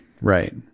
right